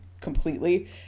completely